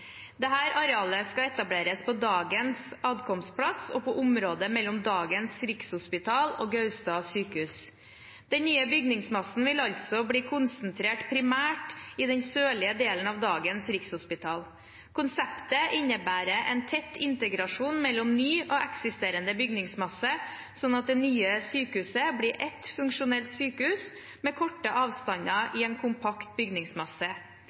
arealet skal etableres på dagens adkomstplass og på området mellom dagens rikshospital og Gaustad sykehus. Den nye bygningsmassen vil altså bli konsentrert primært i den sørlige delen av dagens rikshospital. Konseptet innebærer en tett integrasjon mellom ny og eksisterende bygningsmasse, slik at det nye sykehuset blir ett funksjonelt sykehus med korte avstander i en kompakt bygningsmasse.